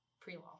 pre-law